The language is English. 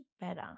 better